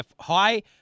high